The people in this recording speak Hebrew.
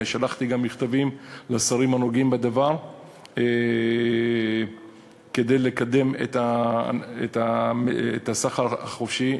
שלחתי גם מכתבים לשרים הנוגעים בדבר כדי לקדם את הסחר החופשי,